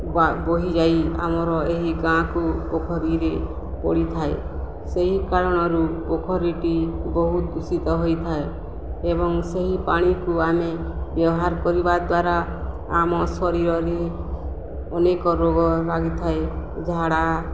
ବା ବହିଯାଇ ଆମର ଏହି ଗାଁକୁ ପୋଖରୀରେ ପଡ଼ିଥାଏ ସେହି କାରଣରୁ ପୋଖରୀଟି ବହୁତ ଦୂଷିତ ହୋଇଥାଏ ଏବଂ ସେହି ପାଣିକୁ ଆମେ ବ୍ୟବହାର କରିବା ଦ୍ୱାରା ଆମ ଶରୀରରେ ଅନେକ ରୋଗ ଲାଗିଥାଏ ଝାଡ଼ା